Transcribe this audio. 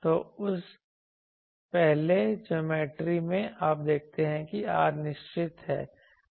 तो उस पिछले ज्योमेट्री में आप देखते हैं कि R निश्चित है